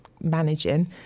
managing